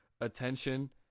attention